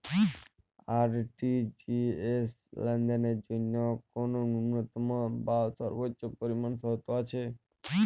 RTGS লেনদেনের জন্য কোন ন্যূনতম বা সর্বোচ্চ পরিমাণ শর্ত আছে?